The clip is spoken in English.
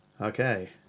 okay